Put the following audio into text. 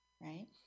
right